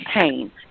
pain